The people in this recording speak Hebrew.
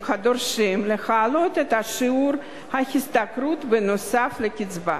הדורשים להעלות את שיעור ההשתכרות נוסף על הקצבה.